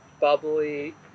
bubbly